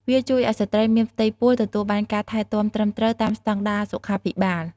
វាជួយឱ្យស្ត្រីមានផ្ទៃពោះទទួលបានការថែទាំត្រឹមត្រូវតាមស្តង់ដារសុខាភិបាល។